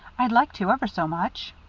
i'd like to ever so much.